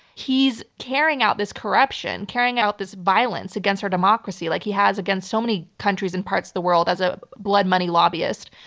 he's carrying out this corruption, carrying out this violence against our democracy like he has against so many countries and parts of the world as a blood money lobbyist.